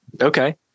okay